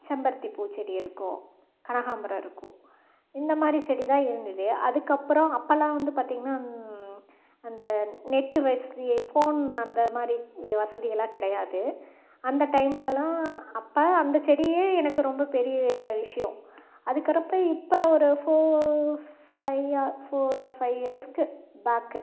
செம்பருத்தி பூச்செடி இருக்கும் கனாகாபரம் இருக்கும் இந்த மாதிரி செடி தான் இருந்துது அதுக்கு அப்புறம் அப்போல்லாம் வந்து பார்த்திங்கன்னா அந்த நெட்டு வசதி ஃபோன் அந்த மாதிரி வசதி எல்லாம் கிடையாது அந்த டைம்லலாம் அப்போ அந்த செடியே எனக்கு ரொம்ப பெரிய விஷயம் அதுக்கு கறப்ப இப்போ ஒரு four five four or five இயர்ஸுக்கு பேக்கு